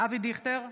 אבי דיכטר,